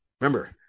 remember